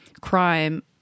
crime